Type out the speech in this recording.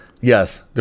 Yes